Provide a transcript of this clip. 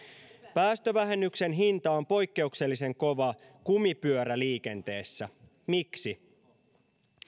päästövähennyksen hinta on poikkeuksellisen kova kumipyöräliikenteessä miksi